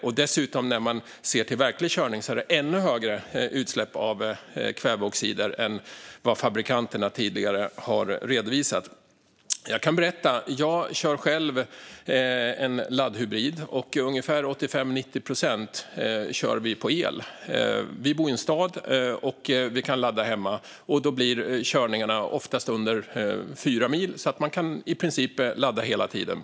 När det gäller verklig körning är utsläppen av kväveoxider dessutom ännu högre än vad fabrikanterna tidigare har redovisat. Jag kan berätta att jag själv kör en laddhybrid och att vi kör på el 85-90 procent av tiden. Vi bor ju i en stad, och vi kan ladda hemma. Körningarna blir oftast under fyra mil, så vi kan i princip köra på el hela tiden.